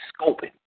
scoping